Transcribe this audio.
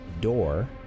door